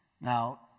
Now